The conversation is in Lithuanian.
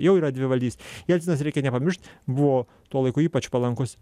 jau yra dvivaldystė jelcinas reikia nepamiršt buvo tuo laiku ypač palankus